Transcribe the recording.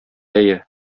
әйе